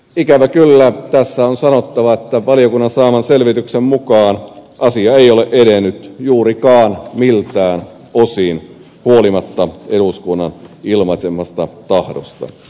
ikävä kyllä tässä on sanottava että valiokunnan saaman selvityksen mukaan asia ei ole juurikaan edennyt miltään osin huolimatta eduskunnan ilmaisemasta tahdosta